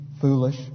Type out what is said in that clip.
foolish